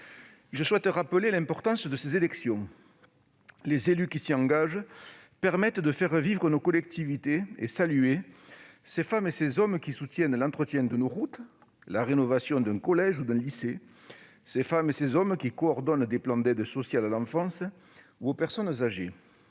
Je souhaite rappeler l'importance de ces élections. Les élus qui s'y engagent permettent de faire vivre nos collectivités. Il me faut saluer ces femmes et ces hommes qui soutiennent l'entretien de nos routes, la rénovation d'un collège ou d'un lycée, ces femmes et ces hommes qui coordonnent des plans d'aide sociale à l'enfance ou aux personnes âgées,